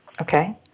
Okay